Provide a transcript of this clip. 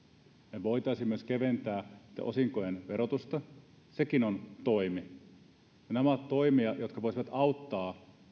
me voisimme myös keventää osinkojen verotusta sekin on toimi nämä ovat toimia jotka voisivat auttaa